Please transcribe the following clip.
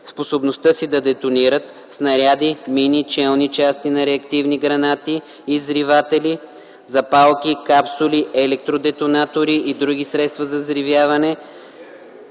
способността си да детонират - снаряди, мини, челни части на реактивни гранати и взриватели, запалки, капсули, електродетонатори и други средства за взривяване,